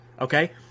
okay